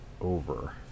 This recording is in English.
over